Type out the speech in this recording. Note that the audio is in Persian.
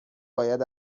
باید